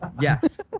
Yes